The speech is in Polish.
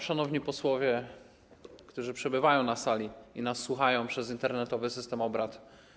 Szanowni Posłowie, którzy przebywają na sali i słuchają nas przez internetowy system obrad!